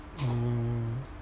uh